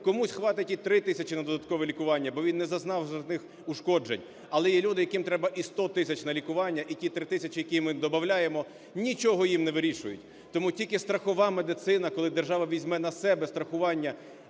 Комусь хватить і 3 тисячі на додаткове лікування, бо він не зазнав значних ушкоджень. Але є люди, яким треба і 100 тисяч на лікування і ті 3 тисячі, які ми добавляємо, нічого їм не вирішують. Тому тільки страхова медицина, коли держава візьме на себе страхування